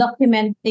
documenting